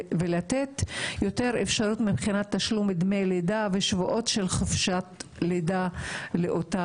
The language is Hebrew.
ולהגדיל אפשרויות של תשלום דמי לידה ושבועות של חופשת לידה לאותה אישה.